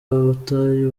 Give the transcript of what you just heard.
abatuye